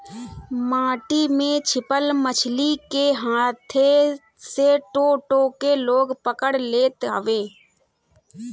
माटी में छिपल मछरी के हाथे से टो टो के लोग पकड़ लेत हवे